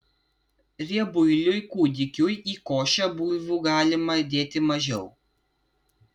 riebuiliui kūdikiui į košę bulvių galima dėti mažiau